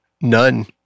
None